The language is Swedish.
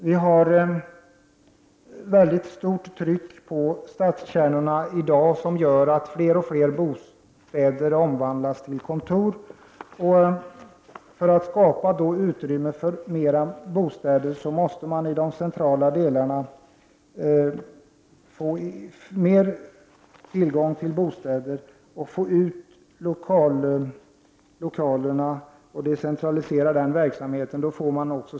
Det är ett mycket stort tryck på stadskärnorna som gör att fler och fler bostäder omvandlas till kontor. För att skapa utrymme för fler bostäder måste man i de centrala delarna av storstäderna få större tillgång till just bostäder. Strävan bör alltså vara att decentralisera olika verksamheter som nu inryms i lokaler inne i städerna.